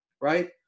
Right